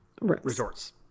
Resorts